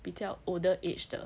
比较 older age 的